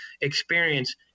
experience